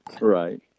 Right